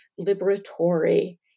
liberatory